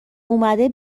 اومده